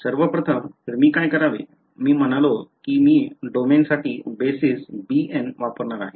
सर्वप्रथम तर मी काय करावे मी म्हणालो की मी डोमेनसाठी बेसिस bn वापरणार आहे